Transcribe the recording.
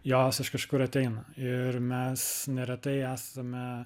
jos iš kažkur ateina ir mes neretai esame